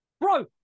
Bro